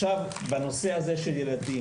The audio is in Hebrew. עכשיו בנושא הזה של ילדים.